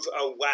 away